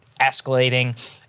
escalating